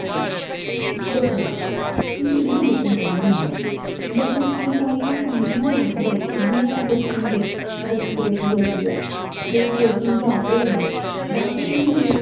दस्ना पौना क्योंकि इ'यां बच्चें गी समझ निं आनी बच्चें गी एह् होंदा कि साईंस ना ओह् रट्टी रट्टियै ऐस्स ऐस्स टी होंदी रटी रट्टियै ओह् कोशन याद ते करी लैंदे बाद च ओह् भुल्ली जंदे